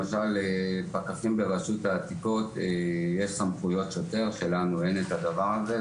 למשל לפקחים ברשות העתיקות יש סמכויות שוטר שלנו אין את הדבר הזה,